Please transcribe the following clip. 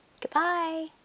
Goodbye